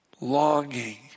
longing